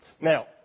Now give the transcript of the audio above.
Now